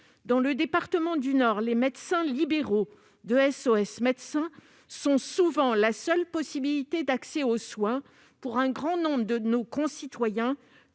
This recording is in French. Dans le département du Nord, les médecins libéraux de SOS Médecins représentent souvent la seule possibilité d'accès aux soins pour un grand nombre de nos concitoyens